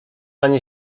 ani